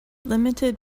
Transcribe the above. limited